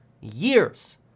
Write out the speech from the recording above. years